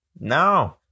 No